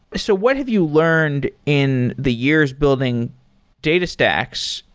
so what have you learned in the years building datastax,